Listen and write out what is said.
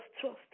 trust